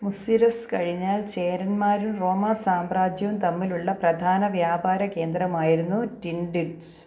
മുസിരിസ് കഴിഞ്ഞാൽ ചേരന്മാരും റോമാസാമ്രാജ്യവും തമ്മിലുള്ള പ്രധാന വ്യാപാര കേന്ദ്രമായിരുന്നു ടിൻഡിസ്